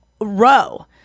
row